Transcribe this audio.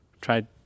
try